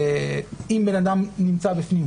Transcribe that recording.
אם בן אדם נמצא בפנים,